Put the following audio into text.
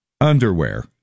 underwear